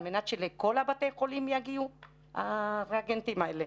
מנת שלכל בתי החולים יגיעו הריאגנטים האלה.